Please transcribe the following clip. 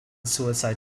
suicidal